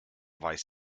weiß